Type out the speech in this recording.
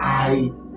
eyes